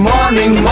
Morning